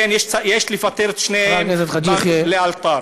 לכן, יש לפטר את שניהם לאלתר.